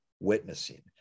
witnessing